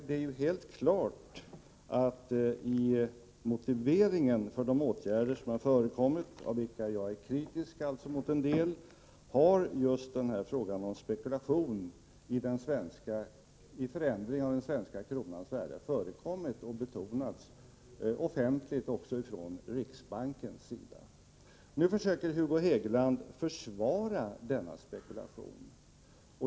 Det är helt klart att i motiveringen för de åtgärder som vidtagits, av vilka jag är kritisk mot en del, har just frågan om spekulation när det gäller förändring av den svenska kronans värde förekommit och betonats offentligt också från riksbankens sida. Nu försöker Hugo Hegeland försvara denna spekulation.